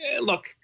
look